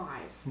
Five